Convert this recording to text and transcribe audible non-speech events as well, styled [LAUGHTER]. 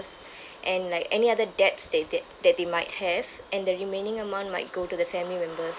[BREATH] and like any other debts that they that they might have and the remaining amount might go to the family members